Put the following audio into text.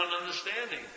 understanding